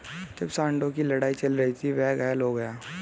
जब सांडों की लड़ाई चल रही थी, वह घायल हो गया